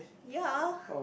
ya